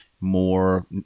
more